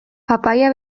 papaia